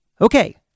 Okay